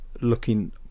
looking